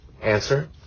Answer